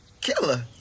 Killer